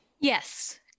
Yes